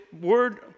word